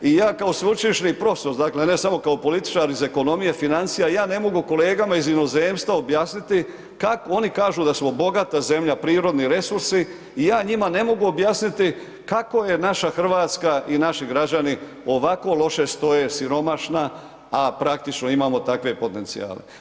I ja kao sveučilišni profesor, dakle, ne samo kao političar iz ekonomije, financija, ja ne mogu kolegama iz inozemstva, objasniti, kako oni kažu da smo bogata zemlja, prirodni resursi i ja njima ne mogu objasniti, kako je naša Hrvatska i naši građani, ovako loše stoje, siromašna, a praktično imamo takve potencijale.